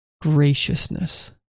graciousness